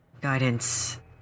guidance